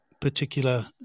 particular